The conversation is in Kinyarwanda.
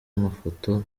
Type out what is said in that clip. amafoto